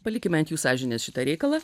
palikime ant jų sąžinės šitą reikalą